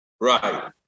Right